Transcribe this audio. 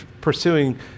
pursuing